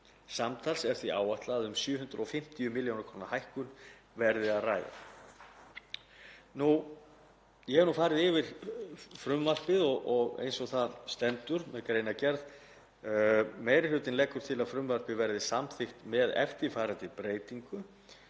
Samtals er því áætlað að um 750 milljóna kr. hækkun verði að ræða. Ég hef nú farið yfir frumvarpið eins og það stendur með greinargerð. Meiri hlutinn leggur til að frumvarpið verði samþykkt með eftirfarandi breytingu: